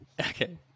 okay